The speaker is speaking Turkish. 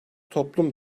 toplum